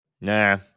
Nah